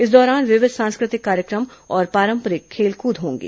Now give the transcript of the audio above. इस दौरान विविध सांस्कृतिक कार्यक्रम और पारंपरिक खेलकूद होंगे